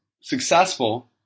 successful